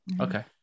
Okay